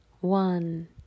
one